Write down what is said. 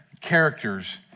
characters